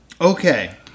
Okay